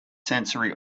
sensory